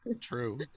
true